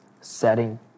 setting